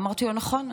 אמרתי לו: נכון,